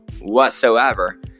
whatsoever